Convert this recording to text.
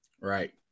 Right